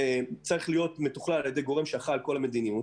צריך להיות מתוכלל על ידי גורם שאחראי על המדיניות,